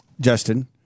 justin